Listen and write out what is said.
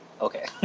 Okay